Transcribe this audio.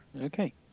Okay